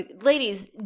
Ladies